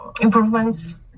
improvements